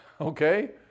Okay